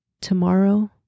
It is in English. tomorrow